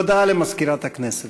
הודעה למזכירת הכנסת.